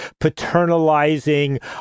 paternalizing